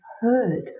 heard